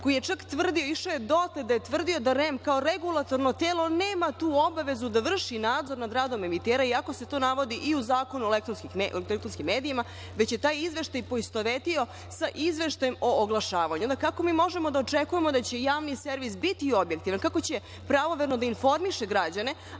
koji je čak tvrdio, išao je dotle da je tvrdio da REM kao regulatorno telo nema tu obavezu da vrši nadzor nad radom emitera, iako se to navodi i u Zakonu o elektronskim medijima, već je taj izveštaj poistovetio sa izveštajem o oglašavanju. Kako možemo da očekujemo da će javni servis biti objektivan, kako će pravovremeno da informiše građane,